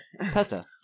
Peta